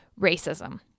racism